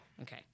Okay